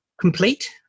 complete